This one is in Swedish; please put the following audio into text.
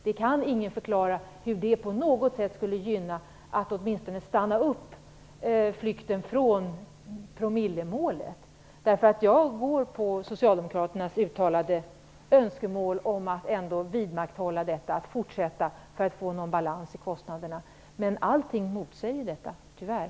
Ingen kan förklara hur det på något sätt skulle vara gynnsamt, så att flykten från promillemålet åtminstone stannade upp. Jag tar fasta på socialdemokraternas uttalade önskemål att ändå fortsätta med detta för att få någon balans i kostnaderna. Men allting motsäger det, tyvärr.